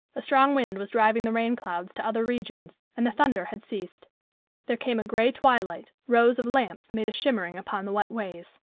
a strong wind was driving the rain-clouds to other regions and the thunder had ceased there came a grey twilight rows of lamps made a shimmering upon the wet ways.